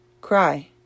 Cry